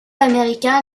américain